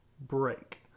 break